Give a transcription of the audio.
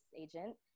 agent